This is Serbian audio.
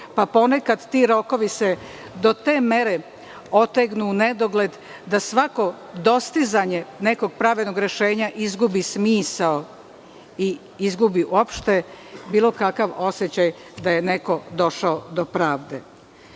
se ponekad ti rokovi do te mere otegnu u nedogled da svako dostizanje nekog pravednog rešenja izgubi smisao i izgubi uopšte bilo kakav osećaj da je neko došao do pravde,